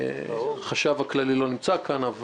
החשב הכללי לא נמצא כאן.